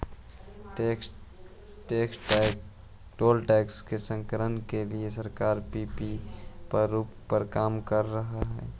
toll tax संकलन के लिए सरकार पीपीपी प्रारूप पर काम करऽ हई